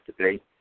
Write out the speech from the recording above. today